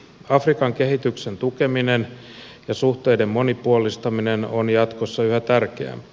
afrikan kehityksen tukeminen ja suhteiden monipuolistaminen on jatkossa yhä tärkeämpää